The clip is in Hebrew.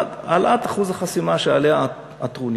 1. העלאת אחוז החסימה, שעליה הטרוניה.